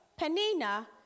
Panina